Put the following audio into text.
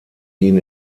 ihn